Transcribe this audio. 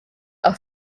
are